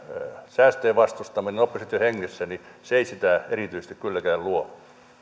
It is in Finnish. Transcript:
säästöjen vastustaminen opposition hengessä ei sitä erityisesti kylläkään luo